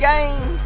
Game